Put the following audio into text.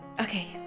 Okay